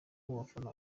gufana